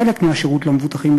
חלק מהשירות למבוטחים,